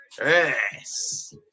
yes